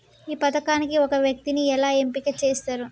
ఈ పథకానికి ఒక వ్యక్తిని ఎలా ఎంపిక చేస్తారు?